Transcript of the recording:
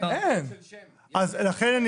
לכן הסוגייה